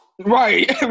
Right